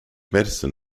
medicine